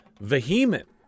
vehement